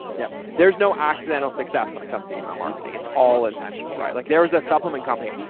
yep. there's no accidental success. when it comes to email marketing, it's all intentional, right? like there was a supplement company.